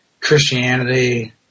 Christianity